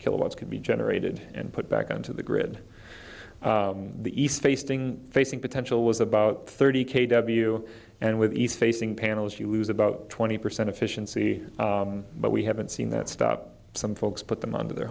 kilowatts can be generated and put back into the grid the east tasting facing potential was about thirty k w and with east facing panels you lose about twenty percent efficiency but we haven't seen that stop some folks put them under their